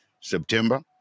september